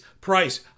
price